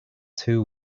too